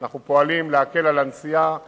אנחנו פועלים להקל את הנסיעה אליה,